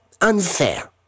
unfair